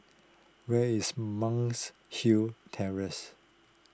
where is Monk's Hill Terrace